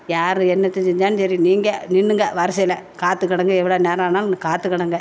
யார் என்னத்தை செஞ்சாலும் சரி நீங்கள் நின்னுங்க வருசையில் காத்துக்கடங்க எவ்வளோ நேரம் ஆனாலும் காத்துக்கடங்க